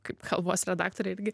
kaip kalbos redaktorė irgi